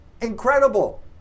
incredible